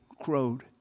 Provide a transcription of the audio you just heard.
crowed